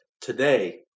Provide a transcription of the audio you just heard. today